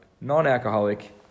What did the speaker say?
non-alcoholic